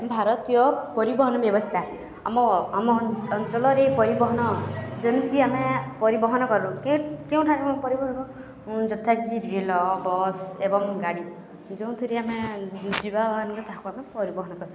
ଭାରତୀୟ ପରିବହନ ବ୍ୟବସ୍ଥା ଆମ ଆମ ଅଞ୍ଚଳରେ ପରିବହନ ଯେମିତି ଆମେ ପରିବହନ କରୁ କେଉଁଠାରେ ପରିବହନ ଯଥାକି ରେଳ ବସ୍ ଏବଂ ଗାଡ଼ି ଯେଉଁଥିରେ ଆମେ ଯିବା ମାନଙ୍କୁ ତାହାକୁ ଆମେ ପରିବହନ କରୁ